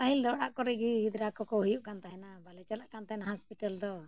ᱯᱟᱹᱦᱤᱞ ᱫᱚ ᱚᱲᱟᱜ ᱠᱚᱨᱮᱜ ᱜᱮ ᱜᱤᱫᱽᱨᱟᱹ ᱠᱚᱠᱚ ᱦᱩᱭᱩᱜ ᱠᱟᱱ ᱛᱟᱦᱮᱱᱟ ᱵᱟᱞᱮ ᱪᱟᱞᱟᱜ ᱠᱟᱱ ᱛᱟᱦᱮᱱᱟ ᱦᱟᱸᱥᱯᱤᱴᱟᱞ ᱫᱚ